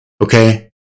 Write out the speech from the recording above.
Okay